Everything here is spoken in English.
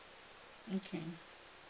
okay